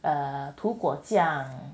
err 涂果酱